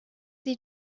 sie